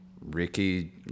Ricky